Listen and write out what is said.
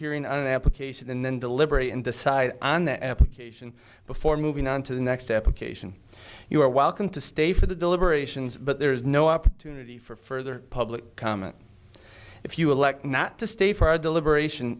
hearing an application and then deliberate and decide on the application before moving on to the next application you are welcome to stay for the deliberations but there is no opportunity for further public comment if you elect not to stay for deliberation